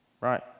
right